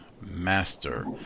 master